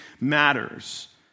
matters